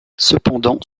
cependant